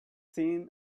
seen